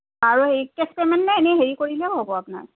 আৰু হেৰি cash payment নে এনেই হেৰি কৰিলেও হ'ব আপোনাৰ